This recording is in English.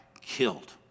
killed